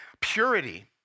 purity